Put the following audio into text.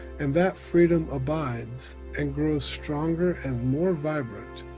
and that freedom abides and grows stronger and more vibrant,